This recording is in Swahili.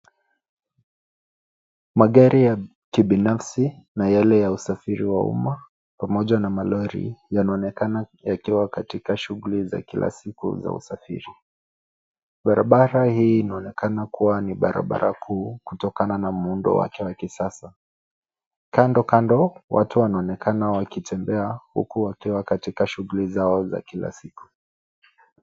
Magari ya kibinafisi na yale ya usafiri wa umma pamoja na malori yanaonekana yakiwa katika shughuli za kila siku za usafiri, barabara hii unaonekana kuwa ni barabara kuu kutoka na muundo wake wa kisasa, kando kando watu wanaonekana wakitembea huku wakiwa katika shughuli zao za kila siku.